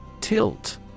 Tilt